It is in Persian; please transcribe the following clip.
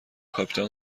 کاپیتان